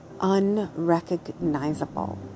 unrecognizable